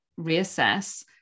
reassess